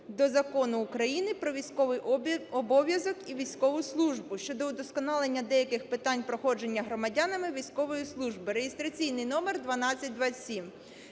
до Закону України "Про військовий обов'язок і військову службу" щодо удосконалення деяких питань проходження громадянами військової служби (реєстраційний номер 1227).